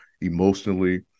emotionally